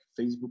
Facebook